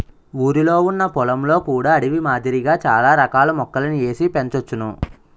ఊరిలొ ఉన్న పొలంలో కూడా అడవి మాదిరిగా చాల రకాల మొక్కలని ఏసి పెంచోచ్చును